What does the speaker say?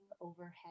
overhead